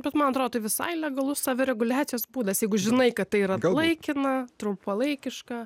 bet man atrodo tai visai legalus savireguliacijos būdas jeigu žinai kad tai yra laikina trumpalaikiška